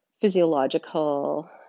physiological